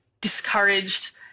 discouraged